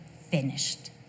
finished